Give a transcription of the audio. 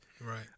Right